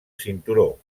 cinturó